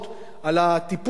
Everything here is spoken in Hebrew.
על הטיפול,